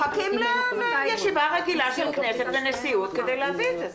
מחכים לישיבה רגילה של כנסת ונשיאות כדי להביא את זה.